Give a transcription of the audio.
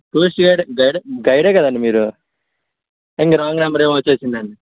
tourist గైడే గైడే గైడే కదండీ మీరూ ఇంక రాంగ్ నెంబర్ ఏమన్నా వచ్చేసిందా అండి